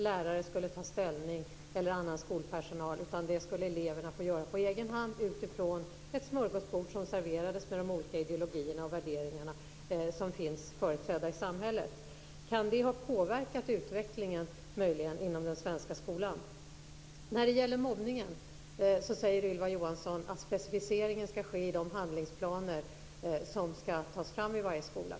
Lärare och annan skolpersonal skulle inte ta ställning, utan det skulle eleverna få göra på egen hand utifrån ett smörgåsbord som serverades med de olika ideologier och värderingar som finns företrädda i samhället. Kan det möjligen ha påverkat utvecklingen inom den svenska skolan? Ylva Johansson säger att specificeringen vad gäller mobbning skall ske i de handlingsplaner som skall tas fram i varje skola.